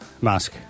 mask